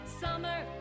summer